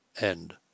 End